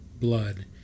blood